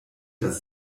das